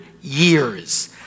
years